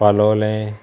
पालोलें